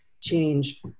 change